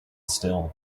still